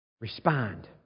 Respond